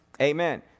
Amen